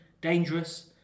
dangerous